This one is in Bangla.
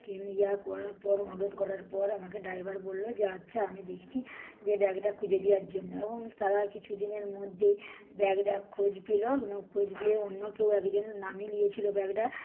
করার পর অনুরোধ করার পর আমাকে ড্ৰাইভার বললো যে আচ্ছা আমি দেখছি যে ব্যাগটা খুঁজে দেওয়ার জন্য এবং তারা কিছু দিনের মধ্যেই ব্যাগটা খোঁজ পেল এবং খোঁজ পেয়ে অন্য কেউ একজন নামিয়ে নিয়েছিলো ব্যাগটা